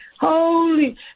holy